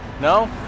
No